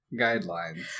Guidelines